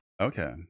okay